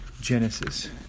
Genesis